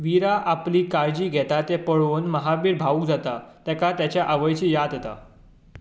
वीरा आपली काळजी घेता तें पळोवन महावीर भावूक जाता तेका ताचे आवयची याद येता